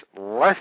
less